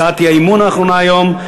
הצעת האי-אמון האחרונה היום,